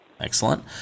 Excellent